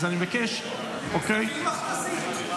אז אני מבקש --- אז תפעיל מכת"זית.